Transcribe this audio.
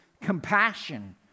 compassion